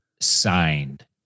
signed